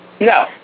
No